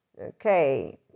okay